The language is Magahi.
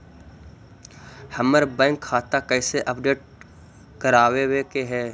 हमर बैंक खाता कैसे अपडेट करबाबे के है?